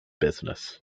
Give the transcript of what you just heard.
business